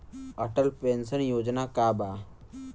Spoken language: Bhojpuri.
अटल पेंशन योजना का बा?